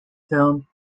film